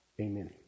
amen